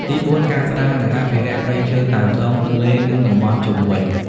ទីបួន ការស្តារ និងអភិរក្សព្រៃឈើតាមដងទន្លេ និងតំបន់ជុំវិញ។